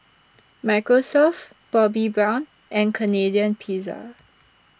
Microsoft Bobbi Brown and Canadian Pizza